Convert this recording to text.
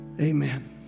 amen